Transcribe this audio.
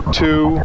two